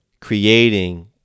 creating